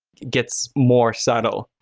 gets more subtle,